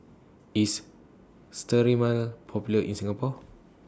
IS Sterimar Popular in Singapore